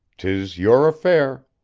tis your affair